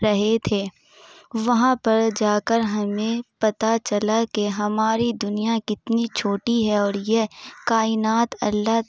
رہے تھے وہاں پر جا کر ہمیں پتہ چلا کہ ہماری دنیا کتنی چھوٹی ہے اور یہ کائنات اللہ